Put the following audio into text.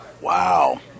Wow